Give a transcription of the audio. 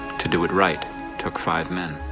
to do it right took five men.